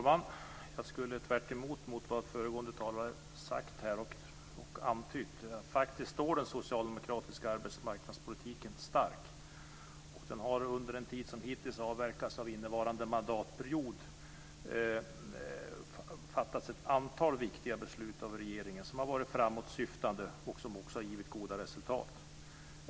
Fru talman! Tvärtemot vad föregående talare har antytt skulle jag vilja säga att den socialdemokratiska arbetsmarknadspolitiken står stark. Under den tid som hittills har avverkats av innevarande mandatperiod har regeringen fattat ett antal viktiga beslut som har varit framåtsyftande och som också har gett goda resultat.